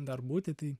dar būti tai